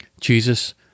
Jesus